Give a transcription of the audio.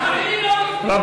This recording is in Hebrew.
החרדים לא בפנים, למה רק ארבע?